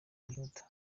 yihuta